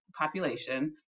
population